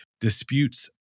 disputes